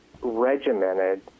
regimented